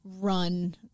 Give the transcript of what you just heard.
run